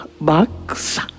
box